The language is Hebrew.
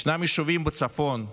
יש יישובים בצפון,